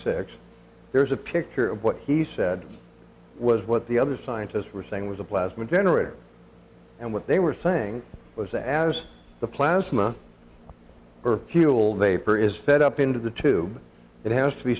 six there is a picture of what he said was what the other scientists were saying was a plasma generator and what they were saying was that as the plasma he old neighbor is fed up into the two it has to be